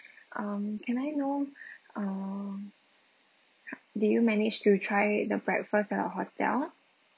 um can I know um ha did you manage to try the breakfast at our hotel